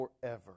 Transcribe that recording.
forever